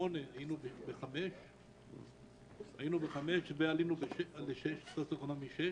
היינו בסוציואקונומי חמש, עלינו לסוציואקונומי שש.